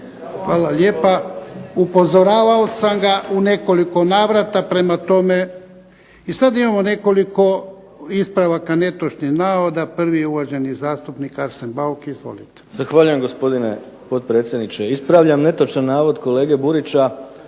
Hvala lijepa. Upozoravao sam ga u nekoliko navrata, prema tome. I sad imamo nekoliko ispravaka netočnih navoda prvi je uvaženi zastupnik Arsen Bauk. Izvolite. **Bauk, Arsen (SDP)** Zahvaljujem gospodine potpredsjedniče. Ispravljam netočan navod kolege Burića